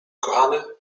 kochany